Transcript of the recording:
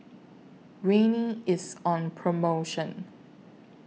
Rene IS on promotion